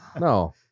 no